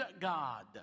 God